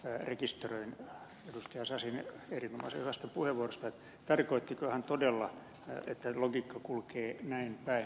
sasin erinomaisen hyvästä puheenvuorosta tarkoittiko hän todella että logiikka kulkee näinpäin